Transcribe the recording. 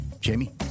Jamie